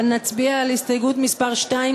אבל נצביע על הסתייגות מס' 2,